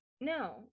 No